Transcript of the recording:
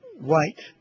white